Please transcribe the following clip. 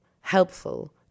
helpful